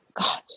God